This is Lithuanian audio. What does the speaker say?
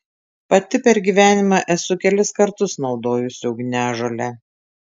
pati per gyvenimą esu kelis kartus naudojusi ugniažolę